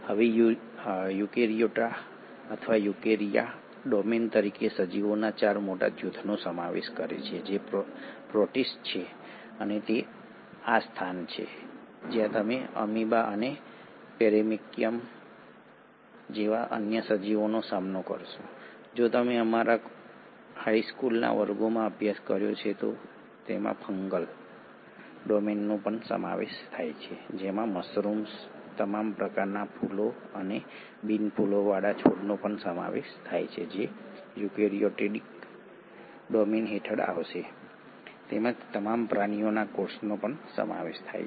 હવે યુકેરીયોટા અથવા eukarya domain તરીકે સજીવોના 4 મોટા જૂથનો સમાવેશ કરે છે જે પ્રોટિસ્ટ છે આ તે સ્થાન છે જ્યાં તમે અમીબા અને પેરેમેક્સિયમ જેવા અન્ય સજીવોનો સામનો કરશો જો તમે તમારા હાઇ સ્કૂલના વર્ગોમાં અભ્યાસ કર્યો છે તો તેમાં ફંગલ ડોમેનનો પણ સમાવેશ થાય છે જેમાં મશરૂમ્સ તમામ પ્રકારના ફૂલો અને બિન ફૂલોવાળા છોડનો સમાવેશ થાય છે જે યુકેરીયોટિક ડોમેન હેઠળ આવશે તેમજ તમામ પ્રાણીઓના કોષોનો સમાવેશ થાય છે